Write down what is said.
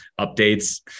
updates